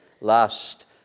last